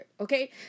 Okay